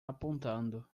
apontando